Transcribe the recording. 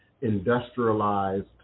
industrialized